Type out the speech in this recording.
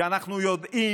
ואנחנו יודעים,